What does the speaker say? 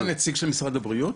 יש פה נציג ממשרד הבריאות?